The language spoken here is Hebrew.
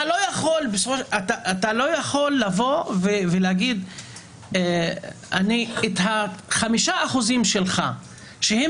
אתה לא יכול לבוא ולהגיד שאת חמשת האחוזים שלך שהם